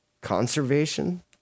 Conservation